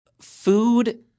Food